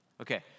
Okay